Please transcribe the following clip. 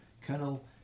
Colonel